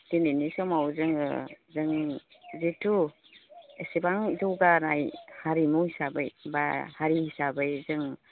दिनैनि समाव जोङो जोंनि जिथु एसेबां जौगानाय हारिमु हिसाबै बा हारि हिसाबै जों